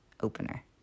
opener